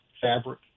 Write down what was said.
fabric